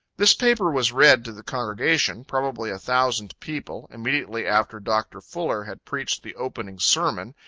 this paper was read to the congregation, probably a thousand people, immediately after dr. fuller had preached the opening sermon,